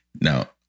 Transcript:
Now